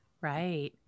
Right